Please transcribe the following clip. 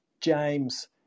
James